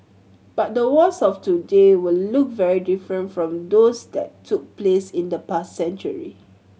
but the wars of today will look very different from those that took place in the past century